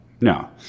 no